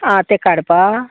आं तें काडपा